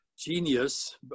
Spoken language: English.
genius